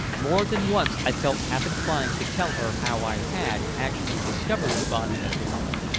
more than once i felt half inclined to tell her how i had actually discovered the body of the woman,